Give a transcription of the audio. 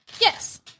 Yes